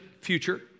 future